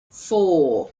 four